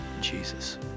Jesus